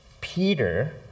Peter